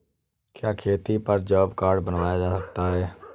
क्या खेती पर जॉब कार्ड बनवाया जा सकता है?